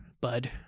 bud